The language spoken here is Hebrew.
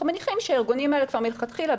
אנחנו מניחים שהארגונים האלה כבר מלכתחילה,